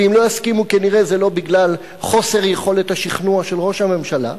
ואם לא יסכימו כנראה זה לא בגלל חוסר יכולת שכנוע של ראש הממשלה,